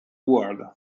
world